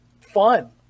fun